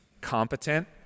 competent